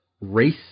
Race